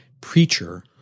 Preacher